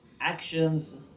actions